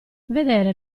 vedere